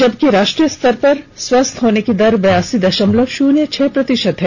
जबकि राष्ट्रीय स्तर पर स्वस्थ होने की दर बयासी दशमलव शुन्य छह प्रतिशत है